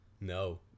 No